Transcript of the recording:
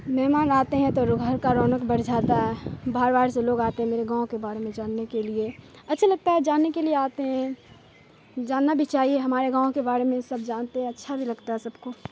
مہمان آتے ہیں تو گھر کا رونق بڑھ جاتا ہے باہر باہر سے لوگ آتے ہیں میرے گاؤں کے بارے میں جاننے کے لیے اچھے لگتا ہے جانے کے لیے آتے ہیں جاننا بھی چاہیے ہمارے گاؤں کے بارے میں سب جانتے ہیں اچھا بھی لگتا ہے سب کو